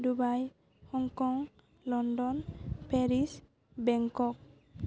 Dubai Hong Kong London Paris Bangkok